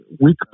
week